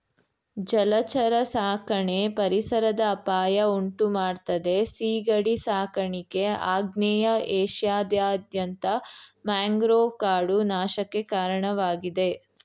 ಜಲಚರ ಸಾಕಣೆ ಪರಿಸರದ ಅಪಾಯ ಉಂಟುಮಾಡ್ತದೆ ಸೀಗಡಿ ಸಾಕಾಣಿಕೆ ಆಗ್ನೇಯ ಏಷ್ಯಾದಾದ್ಯಂತ ಮ್ಯಾಂಗ್ರೋವ್ ಕಾಡು ನಾಶಕ್ಕೆ ಕಾರಣವಾಗಿದೆ